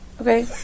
Okay